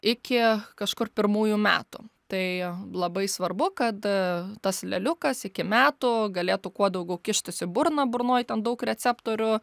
iki kažkur pirmųjų metų tai labai svarbu kad tas leliukas iki metų galėtų kuo daugiau kištis į burną burnoj ten daug receptorių